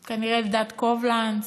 כנראה, אלדד קובלנץ,